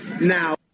now